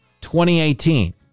2018